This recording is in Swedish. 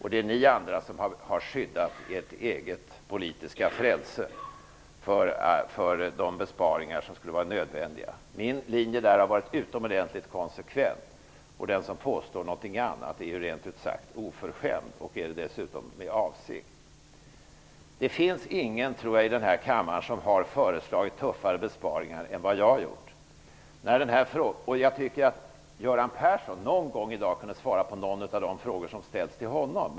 Det är ni andra som har skyddat ert eget politiska frälse för de besparingar som skulle ha varit nödvändiga. Min linje där har varit utomordentligt konsekvent. Den som påstår någonting annat är rent ut sagt oförskämd, och dessutom med avsikt. Jag tror inte att det finns någon i denna kammare som har föreslagit tuffare besparingar än vad jag har gjort. Jag tycker att Göran Persson någon gång i dag kunde svara på någon av de frågor som ställs till honom.